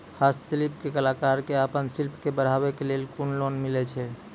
हस्तशिल्प के कलाकार कऽ आपन शिल्प के बढ़ावे के लेल कुन लोन मिलै छै?